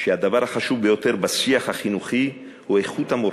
שהדבר החשוב ביותר בשיח החינוכי הוא איכות המורים.